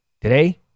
Today